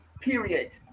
period